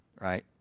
right